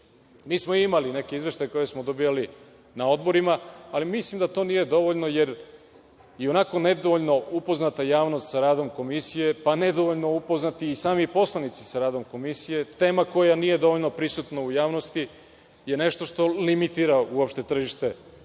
Mi smo imali neke izveštaje koje smo dobijali na odborima, ali mislim da to nije dovoljno jer ionako nedovoljno upoznata javnost sa radom Komisije, pa nedovoljno upoznati i sami poslanici sa radom Komisije, tema koja nije dovoljno prisutna u javnosti je nešto što limitira uopšte tržište kapitala